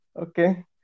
Okay